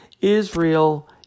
Israel